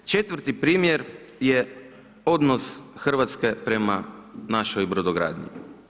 Četvrti primjer je odnos Hrvatske prema našoj brodogradnji.